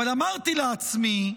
אבל אמרתי לעצמי: